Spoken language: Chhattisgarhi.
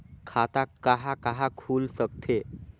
खाता कहा कहा खुल सकथे?